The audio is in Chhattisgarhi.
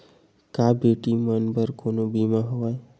का बेटी मन बर कोनो बीमा हवय?